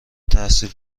تحصیل